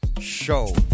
show